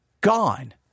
gone